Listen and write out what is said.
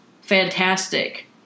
fantastic